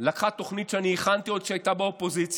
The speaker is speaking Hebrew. לקחה תוכנית שאני הכנתי עוד כשהייתי באופוזיציה,